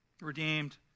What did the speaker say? Redeemed